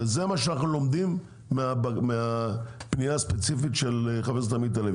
וזה מה שאנחנו לומדים מהפנייה הספציפית של חבר הכנסת עמית הלוי,